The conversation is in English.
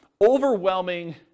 overwhelming